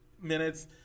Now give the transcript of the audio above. minutes –